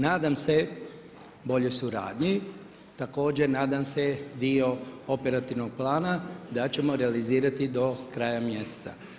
Nadam se boljoj suradnji, također nadam se dio operativnog plana, da ćemo realizirati do kraja mjeseca.